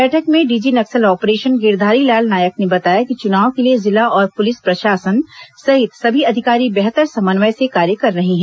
बैठक में DG Naxal operation Girdhari Lal Nayak ने बताया कि चुनाव के लिए जिला और पुलिस प्रशासन सहित सभी अधिकारी बेहतर समन्वय से कार्य कर रहे हैं